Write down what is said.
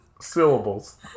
syllables